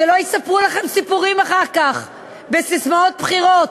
שלא יספרו לכם סיפורים אחר כך, וססמאות בחירות.